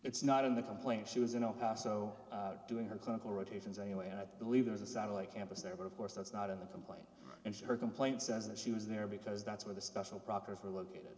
it's not in the complaint she was in the house so doing her clinical rotations anyway and i believe there is a satellite campus there but of course that's not in the complaint and her complaint says that she was there because that's where the special properties were located